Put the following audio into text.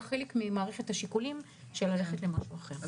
וזה היה חלק ממערכת השיקולים ללכת למשהו אחר.